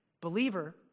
believer